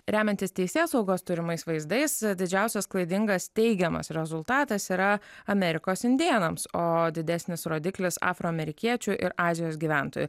remiantis teisėsaugos turimais vaizdais didžiausias klaidingas teigiamas rezultatas yra amerikos indėnams o didesnis rodiklis afroamerikiečių ir azijos gyventojų